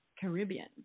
Caribbean